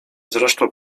zresztą